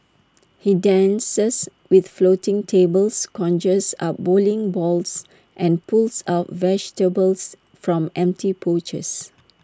he dances with floating tables conjures up bowling balls and pulls out vegetables from empty pouches